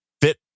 fit